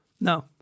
No